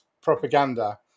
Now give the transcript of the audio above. propaganda